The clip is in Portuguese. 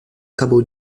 acabou